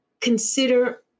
consider